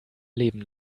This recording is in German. leben